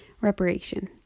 reparation